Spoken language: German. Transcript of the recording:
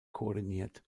koordiniert